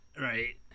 Right